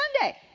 Sunday